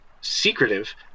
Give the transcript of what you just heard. secretive